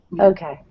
Okay